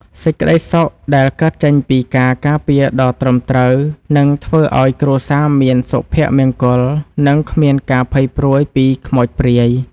សេចក្តីសុខដែលកើតចេញពីការការពារដ៏ត្រឹមត្រូវនឹងធ្វើឱ្យគ្រួសារមានសុភមង្គលនិងគ្មានការភ័យព្រួយពីខ្មោចព្រាយ។